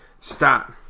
stop